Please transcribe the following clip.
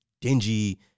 dingy